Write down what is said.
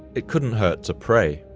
it couldn't hurt to pray.